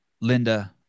Linda